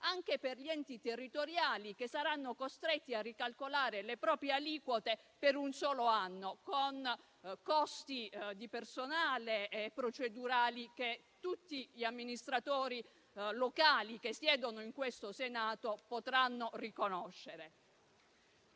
anche per gli enti territoriali, che saranno costretti a ricalcolare le proprie aliquote per un solo anno, con costi di personale e procedurali che tutti gli amministratori locali che siedono in questo Senato potranno riconoscere.